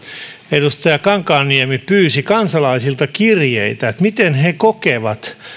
edustaja kankaanniemi pyysi kansalaisilta kirjeitä siitä miten he kokevat